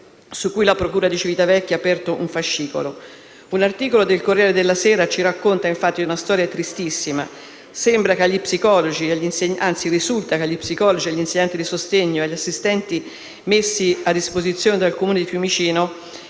su cui la procura di Civitavecchia ha aperto un fascicolo. Un articolo del «Corriere della Sera» ci racconta infatti una storia tristissima. Risulta che agli psicologi, agli insegnanti di sostegno e agli assistenti messi a disposizione dal Comune di Fiumicino,